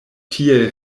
tiel